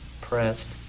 pressed